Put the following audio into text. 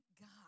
God